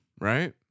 Right